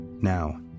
Now